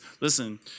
listen